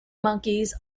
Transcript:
monkeys